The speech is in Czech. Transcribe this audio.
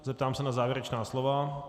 Zeptám se na závěrečná slova.